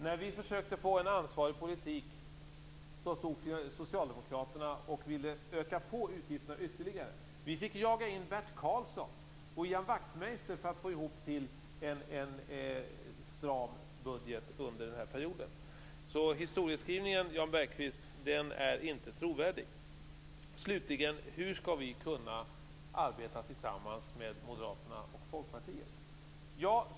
När vi försökte föra en ansvarig politik ville socialdemokraterna öka på utgifterna ytterligare. Vi fick jaga Bert Karlsson och Ian Wachtmeister för att få ihop till en stram budget under denna period. Så historieskrivningen, Jan Bergqvist, är inte trovärdig. Slutligen frågan hur vi skall kunna arbeta tillsammans med Moderaterna och Folkpartiet.